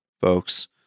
folks